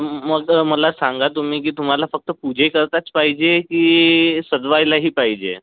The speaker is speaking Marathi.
मग मला सांगा तुम्ही की तुम्हाला फक्त पूजेकरताच पाहिजे की सजवायलाही पाहिजे